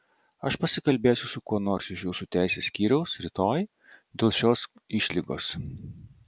aš pasikalbėsiu su kuo nors iš jūsų teisės skyriaus rytoj dėl šios išlygos